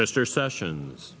mr sessions